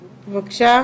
בבקשה,